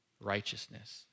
righteousness